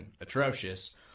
atrocious